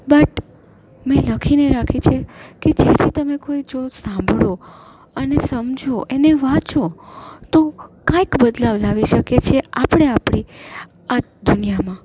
but મેં લખીને રાખી છે કે જેથી તમે કોઈ જો સાંભળો અને સમજો એને વાંચો તો કાંઇક બદલાવ લાવી શકે છે આપણે આપણી આ દુનિયામાં